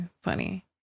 funny